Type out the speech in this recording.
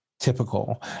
Typical